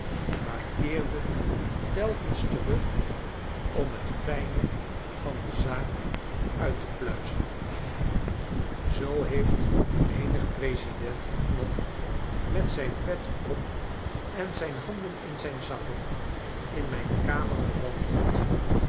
maar keerden telkens terug om t fijne van de zaak uit te pluizen zoo heeft menig president in knop met zijn pet op en zyn handen in zijn z akken